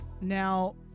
Now